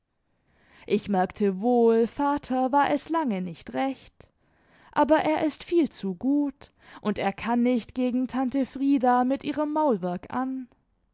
ich merkte wohl vater war es lange nicht recht aber er ist viel zu gut und er kann nicht gegen tante frieda mit ihrem maulwerk an